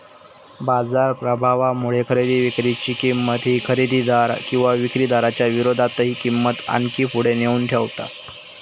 बाजार प्रभावामुळे खरेदी विक्री ची किंमत ही खरेदीदार किंवा विक्रीदाराच्या विरोधातही किंमत आणखी पुढे नेऊन ठेवता